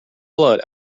blood